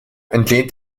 entlehnt